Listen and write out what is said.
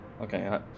Okay